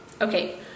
Okay